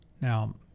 Now